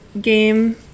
game